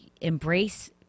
embrace